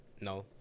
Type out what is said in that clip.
No